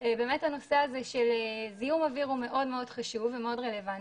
באמת הנושא של זיהום אויר הוא מאוד חשוב ומאוד רלוונטי,